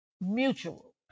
mutual